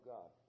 God